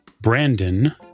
Brandon